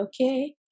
okay